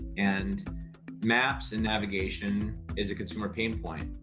and maps and navigation is a consumer pain point.